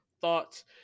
thoughts